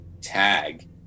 Tag